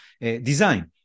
design